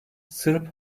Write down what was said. sırp